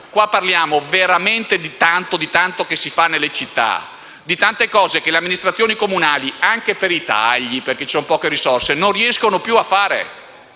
caso parliamo veramente di tanto volontariato che si fa nelle città, di tante cose che le amministrazioni comunali, anche per i tagli e per la scarsità delle risorse, non riescono più a fare.